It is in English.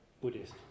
Buddhist